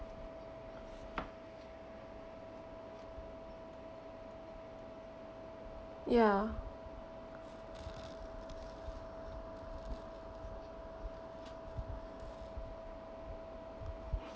ya